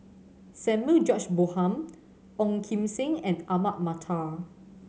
Samuel George Bonham Ong Kim Seng and Ahmad Mattar